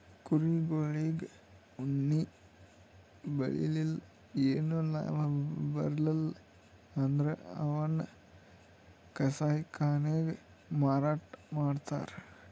ಕುರಿಗೊಳಿಗ್ ಉಣ್ಣಿ ಬೆಳಿಲಿಲ್ಲ್ ಏನು ಲಾಭ ಬರ್ಲಿಲ್ಲ್ ಅಂದ್ರ ಅವನ್ನ್ ಕಸಾಯಿಖಾನೆಗ್ ಮಾರಾಟ್ ಮಾಡ್ತರ್